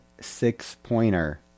six-pointer